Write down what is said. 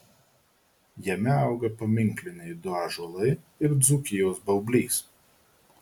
jame auga paminkliniai du ąžuolai ir dzūkijos baublys